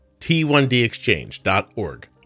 t1dexchange.org